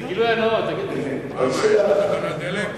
לגילוי הנאות תגיד את זה.